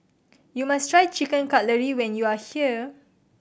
you must try Chicken Cutlet when you are here